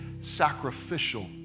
sacrificial